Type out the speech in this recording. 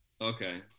Okay